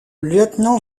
lieutenant